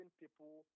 people